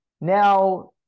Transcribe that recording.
Now